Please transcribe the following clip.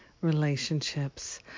relationships